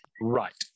right